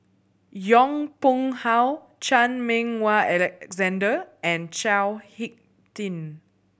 Yong Pung How Chan Meng Wah Alexander and Chao Hick Tin